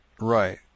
right